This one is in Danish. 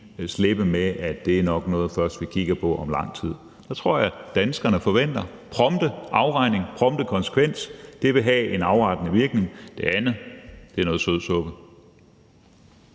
slippe med, at det nok er noget, man først kigger på om lang tid. Der tror jeg, at danskerne forventer prompte afregning, prompte konsekvens. Det vil have en afrettende virkning. Det andet er noget sødsuppe.